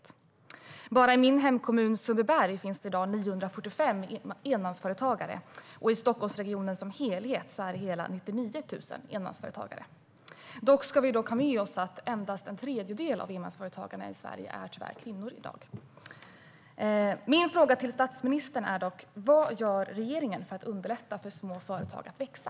Bara i min hemkommun Sundbyberg finns det i dag 945 enmansföretagare, och i Stockholmsregionen som helhet hela 99 000. Vi ska dock ha med oss att tyvärr endast en tredjedel av enmansföretagarna i Sverige i dag är kvinnor. Min fråga till statsministern är: Vad gör regeringen för att underlätta för små företag att växa?